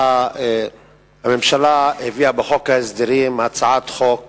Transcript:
הממשלה הביאה בחוק ההסדרים הצעת חוק